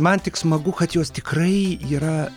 man tik smagu kad jos tikrai yra